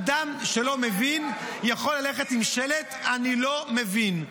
אדם שלא מבין יכול ללכת עם שלט: אני לא מבין.